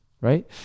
Right